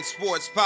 Sports